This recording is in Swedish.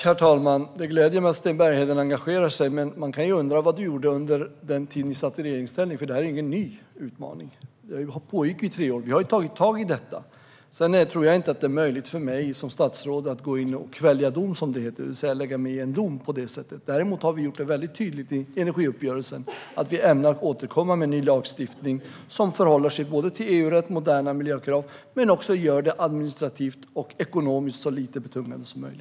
Herr talman! Det gläder mig att Sten Bergheden engagerar sig. Men man kan ju undra vad du gjorde under den tid ni satt i regeringsställning, för detta är ingen ny utmaning. Det här har pågått i tre år, och vi har tagit tag i det. Jag tror inte att det är möjligt för mig som statsråd att gå in och kvälja dom, som det heter, det vill säga att lägga mig i en dom. Däremot har vi gjort tydligt i energiuppgörelsen att vi ämnar återkomma med ny lagstiftning som förhåller sig till såväl EU-rätt som moderna miljökrav och som gör det hela så lite betungande som möjligt administrativt och ekonomiskt.